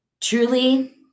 Truly